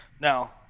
Now